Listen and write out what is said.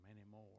anymore